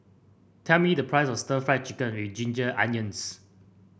tell me the price of Stir Fried Chicken with Ginger Onions